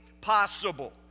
possible